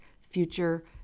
future